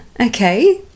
Okay